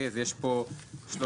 אני לא פורמליסט.